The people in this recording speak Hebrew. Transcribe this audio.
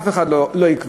אף אחד לא יקבע,